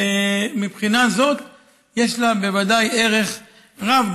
ומבחינה זו יש לה בוודאי ערך רב,